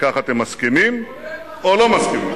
לכך אתם מסכימים או לא מסכימים?